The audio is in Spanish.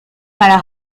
para